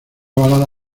balada